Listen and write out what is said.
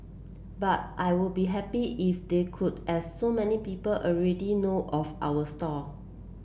but I would be happy if they could as so many people already know of our stall